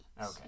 Okay